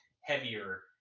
heavier